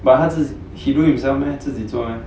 but 他是 he do himself meh 自己做 meh